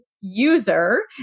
user